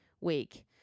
week